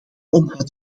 omvat